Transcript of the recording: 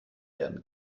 werden